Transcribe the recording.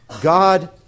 God